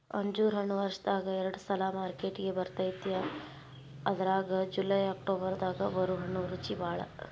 ಅಂಜೂರ ಹಣ್ಣು ವರ್ಷದಾಗ ಎರಡ ಸಲಾ ಮಾರ್ಕೆಟಿಗೆ ಬರ್ತೈತಿ ಅದ್ರಾಗ ಜುಲೈ ಅಕ್ಟೋಬರ್ ದಾಗ ಬರು ಹಣ್ಣು ರುಚಿಬಾಳ